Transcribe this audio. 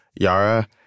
Yara